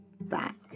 back